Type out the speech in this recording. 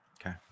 okay